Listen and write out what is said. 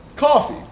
Coffee